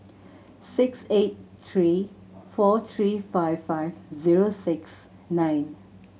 six eight three four three five five zero six nine